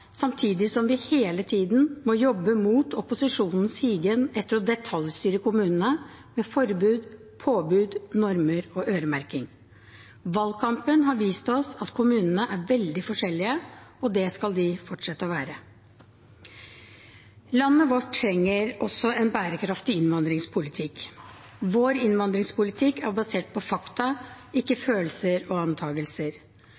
samtidig som vi hele tiden må jobbe mot opposisjonens higen etter å detaljstyre kommunene med forbud, påbud, normer og øremerking. Valgkampen har vist oss at kommunene er veldig forskjellige, og det skal de fortsette å være. Landet vårt trenger også en bærekraftig innvandringspolitikk. Vår innvandringspolitikk er basert på fakta – ikke